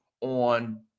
on